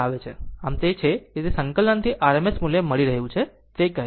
આમ આ તે છે જેને આ સંકલનથી RMS મૂલ્ય મળી રહ્યું છે તે કહે છે